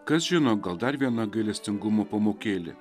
kas žino gal dar viena gailestingumo pamokėlė